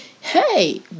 hey